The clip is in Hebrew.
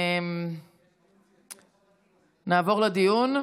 נעבור לדיון.